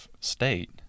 state